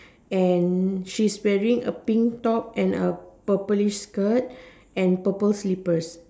and she's wearing a pink top and a purple skirt and purple slippers